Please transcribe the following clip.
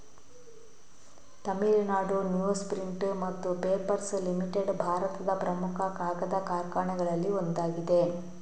Tamil Nadu newsprint ಮತ್ತು papers limited ಭಾರತದ ಪ್ರಮುಖ ಕಾಗದ ಕಾರ್ಖಾನೆಗಳಲ್ಲಿ ಒಂದಾಗಿದೆ